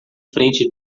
frente